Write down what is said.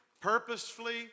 purposefully